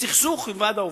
בסכסוך עם ועד העובדים.